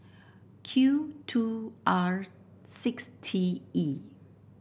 Q two R six T E